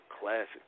classic